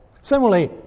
Similarly